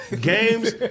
Games